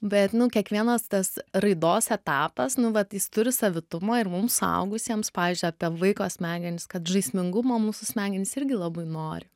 bet nu kiekvienas tas raidos etapas nu vat jis turi savitumo ir mum suaugusiems pavyzdžiui apie vaiko smegenis kad žaismingumo mūsų smegenys irgi labai nori